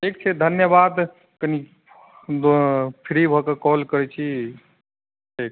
ठीक छै धन्यवाद कनी फ्री भऽ कऽ कॉल करै छी ठीक